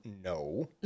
no